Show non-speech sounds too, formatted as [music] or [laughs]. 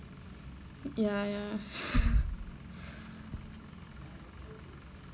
ya [laughs]